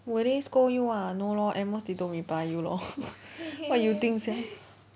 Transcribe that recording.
will they scold you ah no lor at most they don't reply you lor what you think sia